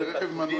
היא: רכב מנועי.